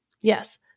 Yes